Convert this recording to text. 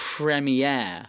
premiere